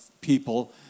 people